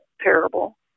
terrible